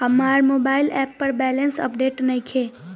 हमार mobile app पर balance update नइखे